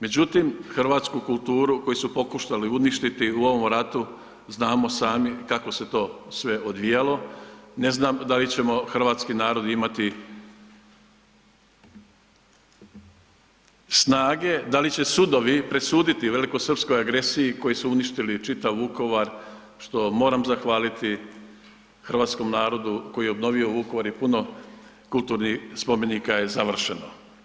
Međutim, hrvatsku kulturu koju su pokušali uništiti u ovom ratu, znamo sami kako se to sve odvijalo, ne znam da li ćemo hrvatski narod imati snage, da li će sudovi presuditi velikosrpskoj agresiji, koji su uništili čitav Vukovar, što, moramo zahvaliti hrvatskom narodu koji je obnovio Vukovar i puno kulturnih spomenika je završeno.